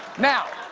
now,